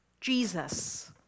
Jesus